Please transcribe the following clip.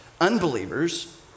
unbelievers